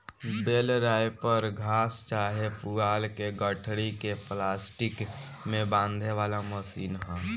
बेल wrapper घास चाहे पुआल के गठरी के प्लास्टिक में बांधे वाला मशीन ह